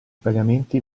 pagamenti